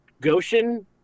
Goshen